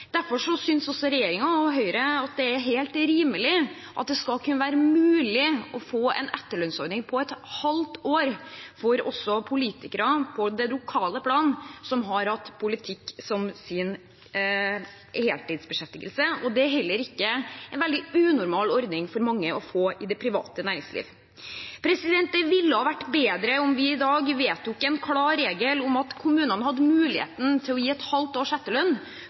Derfor synes regjeringen og Høyre at det er helt rimelig at det skal kunne være mulig å få en etterlønnsordning på et halvt år for politikere på det lokale plan som har hatt politikk som sin heltidsbeskjeftigelse. Det er heller ikke en veldig unormal ordning for mange i det private næringslivet. Det ville ha vært bedre om vi i dag vedtok en klar regel om at kommunene hadde mulighet til å gi et halvt års etterlønn,